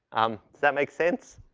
um, does that make sense?